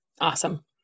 Awesome